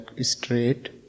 straight